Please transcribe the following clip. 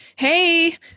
Hey